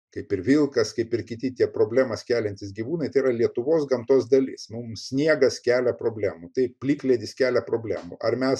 kaip ir vilkas kaip ir kiti tie problemas keliantys gyvūnai tai yra lietuvos gamtos dalis mums sniegas kelia problemų tai plikledis kelia problemų ar mes